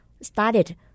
started